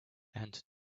and